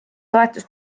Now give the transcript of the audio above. toetus